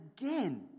again